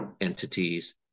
entities